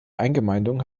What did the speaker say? eingemeindungen